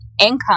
income